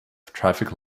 traffic